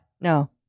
No